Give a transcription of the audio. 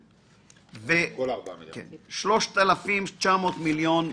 כן, 3.9 מיליון שקל.